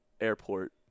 airport